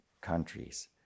countries